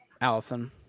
Allison